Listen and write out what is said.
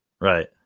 Right